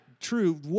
true